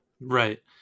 Right